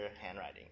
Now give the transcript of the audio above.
handwriting